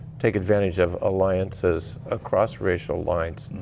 take advantage of alliances across racial lines.